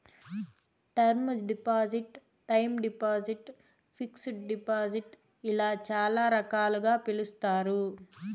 term deposit time deposit fixed deposit ఇలా చాలా రకాలుగా పిలుస్తారు